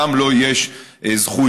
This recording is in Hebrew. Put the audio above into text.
גם לו יש זכויות,